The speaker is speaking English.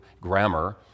grammar